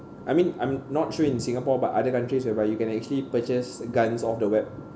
I mean I'm not sure in singapore but other countries whereby you can actually purchase guns off the web